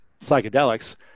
psychedelics